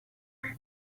way